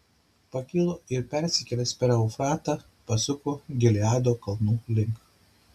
pakilo ir persikėlęs per eufratą pasuko gileado kalnų link